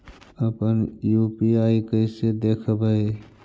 अपन यु.पी.आई कैसे देखबै?